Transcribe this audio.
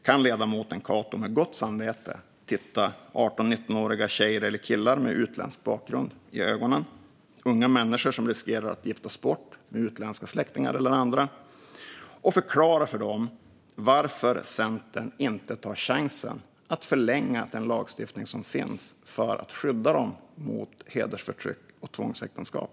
Kan ledamoten Cato med gott samvete titta 18-19-åriga tjejer eller killar med utländsk bakgrund i ögonen, unga människor som riskerar att giftas bort med utländska släktingar eller andra, och förklara för dem varför Centern inte tar chansen att förlänga den lagstiftning som finns för att skydda dem mot hedersförtryck och tvångsäktenskap?